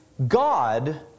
God